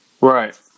Right